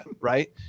right